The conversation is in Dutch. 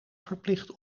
verplicht